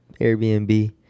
Airbnb